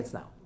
Now